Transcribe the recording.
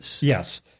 Yes